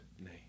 name